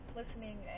listening